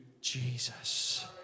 Jesus